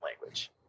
language